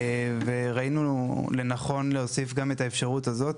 וראינו לנכון להוסיף גם את האפשרות הזאת.